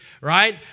Right